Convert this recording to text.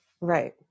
Right